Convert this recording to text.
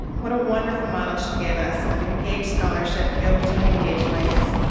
what a wonderful model she gave us of engaged scholarship yoked to an engaged life.